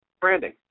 Branding